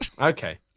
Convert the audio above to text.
Okay